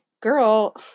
girl